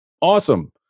Awesome